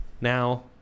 Now